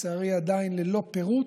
לצערי עדיין ללא פירוט,